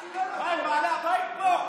הם בעלי הבית פה,